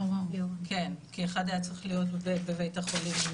כי אחד היה צריך להיות בבית החולים עם